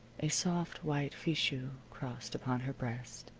a soft white fichu crossed upon her breast.